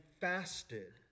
fasted